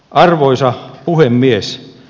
arvoisa puhemies